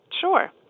Sure